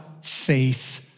faith